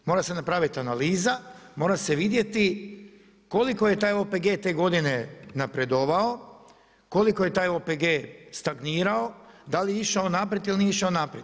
Mora se napraviti analiza, mora se vidjeti koliko je taj OPG te godine napredovao, koliko je taj OPG stagnirao, da li je išao naprijed ili nije išao naprijed.